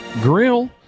grill